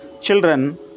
Children